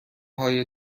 های